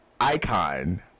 icon